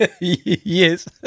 Yes